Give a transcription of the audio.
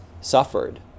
suffered